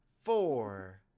four